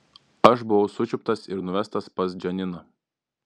aš buvau sučiuptas ir nuvestas pas džaniną